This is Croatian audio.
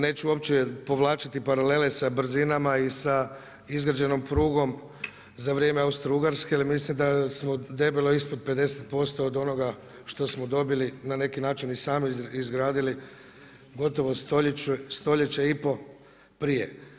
Neću uopće povlačiti paralele sa brzinama i sa izgrađenom prugom za vrijeme Austro Ugarske, jer mislim da smo debelo ispod 50% od onoga što smo dobili na neki način i sami izgradili, gotovo, stoljeće i po prije.